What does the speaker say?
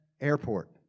Airport